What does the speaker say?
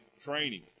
training